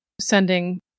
sending